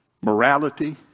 Morality